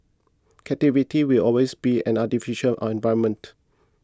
captivity will always be an artificial environment